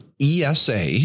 ESA